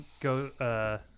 Go